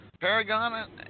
Paragon